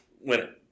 winner